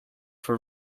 for